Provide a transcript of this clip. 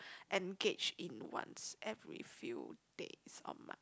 engage in once every few days a month